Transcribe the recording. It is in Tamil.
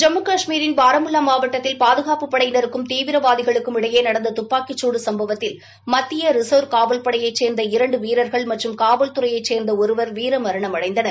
ஜம்மு கஷ்மீரின் பாரமுல்லா மாவட்டத்தில் பாதுகாப்புப் படையினருக்கும் தீவிரவாதிகளுக்கும் இடையே நடந்த துப்பாக்கிசூடு சும்பவத்தில் மத்திய ரிசன்வ் காவல்படையைச் சேர்ந்த இரண்டு வீரர்கள் மற்றும் காவல்துறையை சேர்ந்த ஒருவர் வீரமரணம் அடைந்தனர்